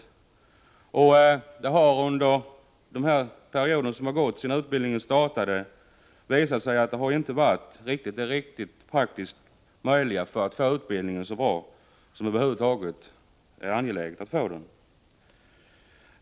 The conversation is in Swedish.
Det har under den period som gått sedan utbildningen startade visat sig att det inte varit praktiskt möjligt att göra utbildningen så bra som det är angeläget att få den.